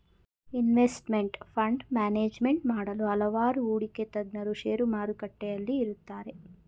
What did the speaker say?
investment fund management ಮಾಡಲು ಹಲವಾರು ಹೂಡಿಕೆ ತಜ್ಞರು ಶೇರು ಮಾರುಕಟ್ಟೆಯಲ್ಲಿ ಇರುತ್ತಾರೆ